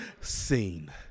Scene